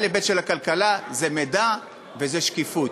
אלף-בית של הכלכלה זה מידע וזה שקיפות.